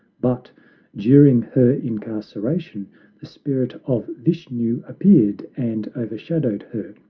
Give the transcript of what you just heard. but during her incarceration the spirit of vishnu appeared and overshadowed her,